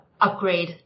upgrade